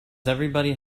everybody